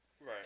right